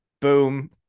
boom